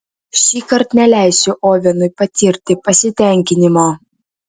šįkart neleisiu ovenui patirti pasitenkinimo